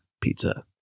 pizza